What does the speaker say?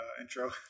intro